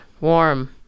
warm